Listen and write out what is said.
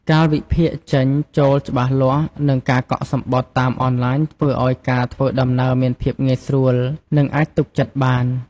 កាលវិភាគចេញ-ចូលច្បាស់លាស់ និងការកក់សំបុត្រតាមអនឡាញធ្វើឱ្យការធ្វើដំណើរមានភាពងាយស្រួល និងអាចទុកចិត្តបាន។